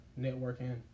networking